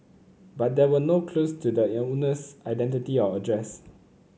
but there were no clues to the owner's identity or address